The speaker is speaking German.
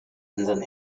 unseren